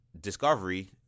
Discovery